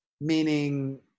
meaning